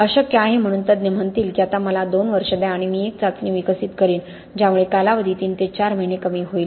अशक्य आहे म्हणून तज्ञ म्हणतील की आता मला 2 वर्षे द्या आणि मी एक चाचणी विकसित करीन ज्यामुळे कालावधी 3 ते 4 महिने कमी होईल